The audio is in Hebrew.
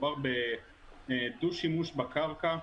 מדובר בדו-שימוש בקרקע,